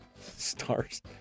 stars